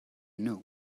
know